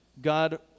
God